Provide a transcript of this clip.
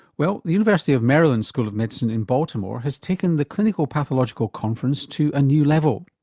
well the university of maryland, school of medicine in baltimore has taken the clinico-pathological conference to a new level.